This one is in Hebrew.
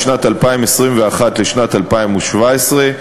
משנת 2021 לשנת 2017,